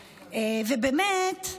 ובאמת,